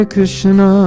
Krishna